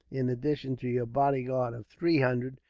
in addition to your bodyguard of three hundred,